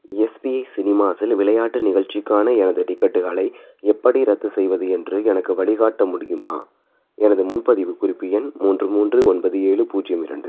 SBI சினிமாஸில் விளையாட்டு நிகழ்ச்சிக்கான எனது டிக்கெட்டுகளை எப்படி ரத்து செய்வது என்று எனக்கு வழிகாட்ட முடியுமா எனது முன்பதிவுக் குறிப்பு எண் மூன்று மூன்று ஒன்பது ஏழு பூஜ்ஜியம் இரண்டு